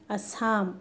Assam